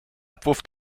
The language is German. abwurf